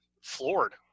floored